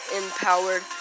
empowered